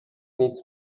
needs